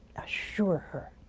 assure her,